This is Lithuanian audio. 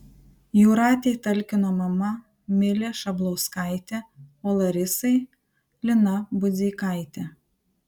jūratei talkino mama milė šablauskaitė o larisai lina budzeikaitė